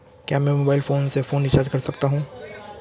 क्या मैं mobile phone से फोन रिचार्ज कर सकता हूं?